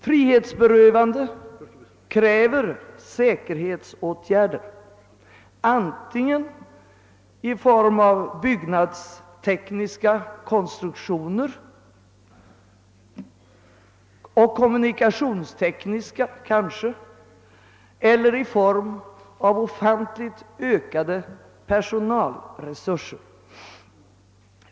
Frihetsberövande kräver säkerhetsåtgärder antingen i form av byggnadstekniska konstruktioner och kanske kommunikationstekniska eller genom ofantligt ökade personalresurser.